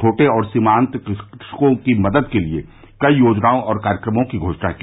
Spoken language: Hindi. छोटे और सीमांत कृषकों की मदद के लिए कई योजनाओं और कार्यक्रमों की घोषणा की